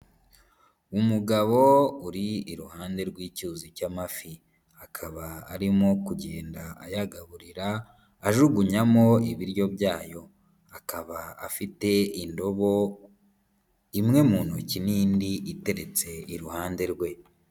Umugabo uri iruhande rw'icyuzi cy'amafi, akaba arimo kugenda ayagaburira ajugunyamo ibiryo byayo, akaba afite indobo imwe mu ntoki n'indi iteretse iruhande rwe.